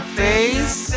face